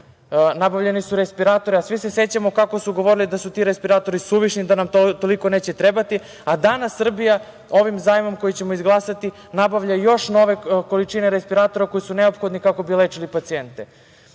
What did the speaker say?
Nabavljeni su respiratori, a svi se sećamo kako su govorili da su ti respiratori suvišni, da nam toliko neće trebati, a danas Srbija ovim zajmom koji ćemo izglasati nabavlja još nove količine respiratora koji su neophodni kako bi lečili pacijente. Srbija